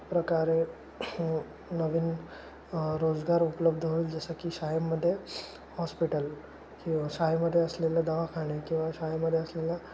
प्रकारे नवीन रोजगार उपलब्ध होईल जसं की शाळेमध्ये हॉस्पिटल किंवा शाळेमध्ये असलेल्या दवाखाने किंवा शाळेमध्ये असलेल्या